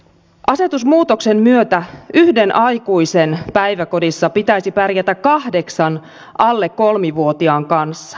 asetusmuutoksen myötä yhden aikuisen päiväkodissa pitäisi pärjätä kahdeksan alle kolmivuotiaan kanssa